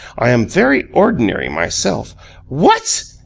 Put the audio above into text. i am very ordinary myself what!